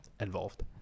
involved